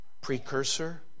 precursor